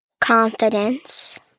Confidence